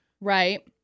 Right